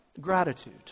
gratitude